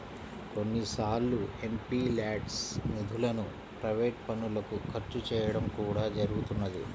కొన్నిసార్లు ఎంపీల్యాడ్స్ నిధులను ప్రైవేట్ పనులకు ఖర్చు చేయడం కూడా జరుగుతున్నది